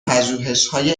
پژوهشهای